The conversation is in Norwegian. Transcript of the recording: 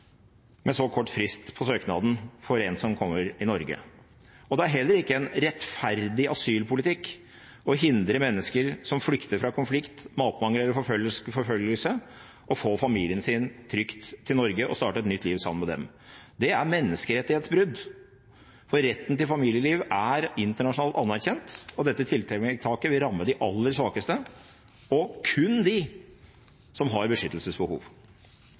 så kort frist på søknaden for en som kommer til Norge. Det er heller ikke en rettferdig asylpolitikk å hindre mennesker som flykter fra konflikt, matmangel eller forfølgelse, i å få familien sin trygt til Norge og starte et nytt liv sammen med dem. Det er menneskerettighetsbrudd, for retten til familieliv er internasjonalt anerkjent, og dette tiltaket vil ramme de aller svakeste og kun dem som har beskyttelsesbehov.